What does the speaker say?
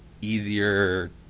easier